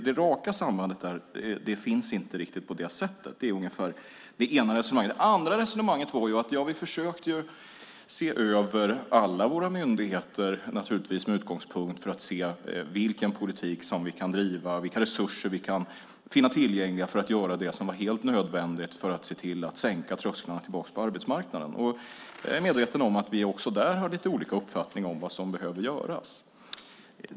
Det raka sambandet finns inte. Det är det ena resonemanget. Det andra resonemanget var att vi försökte se över alla våra myndigheter med utgångspunkt i att se vilken politik vi kan driva, vilka resurser vi kan finna tillgängliga för att göra det som var helt nödvändigt för att se till att sänka trösklarna tillbaka på arbetsmarknaden. Jag är medveten om att vi också där har olika uppfattning om vad som behöver göras.